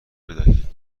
بدهید